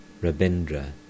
Rabindra